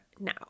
now